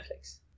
Netflix